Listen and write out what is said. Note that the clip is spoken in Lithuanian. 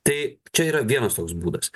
tai čia yra vienas toks būdas